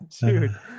dude